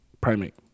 primate